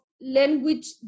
language